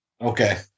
Okay